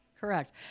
Correct